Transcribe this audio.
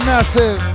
Massive